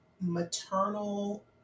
maternal